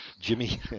Jimmy